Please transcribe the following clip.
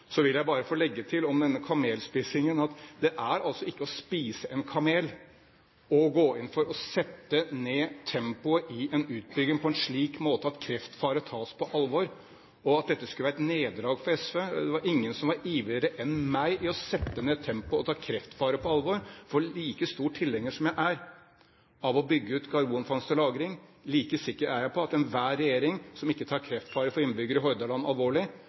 Så vil jeg bare få legge til om kamelspisingen: Det er altså ikke å spise en kamel å gå inn for å sette ned tempoet i en utbygging på en slik måte at kreftfare tas på alvor. Og at dette skulle være et nederlag for SV: Det var ingen som var ivrigere enn meg til å sette ned tempoet og ta kreftfaren på alvor. Like stor tilhenger som jeg er av å bygge ut anlegg for karbonfangst og -lagring, like sikker er jeg på at enhver regjering som ikke tar kreftfaren for innbyggerne i Hordaland alvorlig,